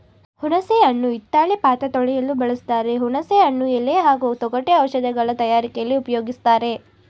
ಹುಣಸೆ ಹಣ್ಣು ಹಿತ್ತಾಳೆ ಪಾತ್ರೆ ತೊಳೆಯಲು ಬಳಸ್ತಾರೆ ಹುಣಸೆ ಹಣ್ಣು ಎಲೆ ಹಾಗೂ ತೊಗಟೆ ಔಷಧಗಳ ತಯಾರಿಕೆಲಿ ಉಪ್ಯೋಗಿಸ್ತಾರೆ